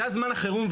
זה זמן חירום,